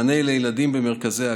מענה לילדים במרכזי הגנה,